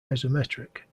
isometric